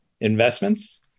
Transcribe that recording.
investments